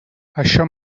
això